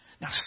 Now